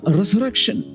resurrection